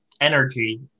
energy